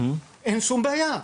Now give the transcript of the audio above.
אין שום בעיה.